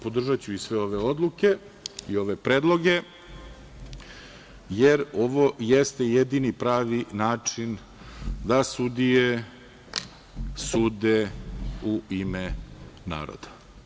Podržaću i sve ove odluke i ove predloge, jer ovo jeste jedini pravi način da sudije sude u ime naroda.